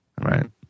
Right